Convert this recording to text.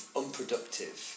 unproductive